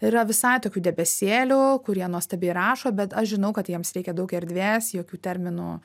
yra visai tokių debesėlių kurie nuostabiai rašo bet aš žinau kad jiems reikia daug erdvės jokių terminų